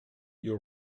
you